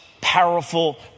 powerful